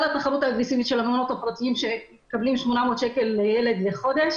התחרות של המעונות הפרטיים שמקבלים 800 שקל לילד לחודש